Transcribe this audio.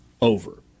over